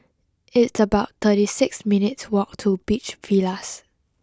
It's about thirty six minutes' walk to Beach Villas